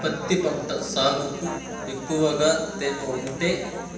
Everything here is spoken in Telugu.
పత్తి పంట సాగుకు ఎక్కువగా తేమ ఉంటే